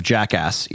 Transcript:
Jackass